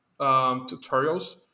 tutorials